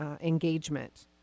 engagement